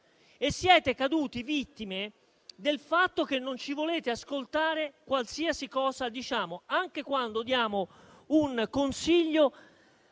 e siete caduti vittima del fatto che non ci volete ascoltare, qualsiasi cosa diciamo: neanche quando diamo un consiglio